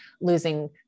losing